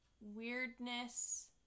weirdness